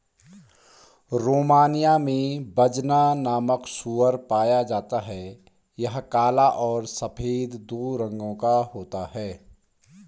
Romania में बजना नामक सूअर पाया जाता है यह काला और सफेद दो रंगो का होता है